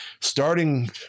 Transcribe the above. starting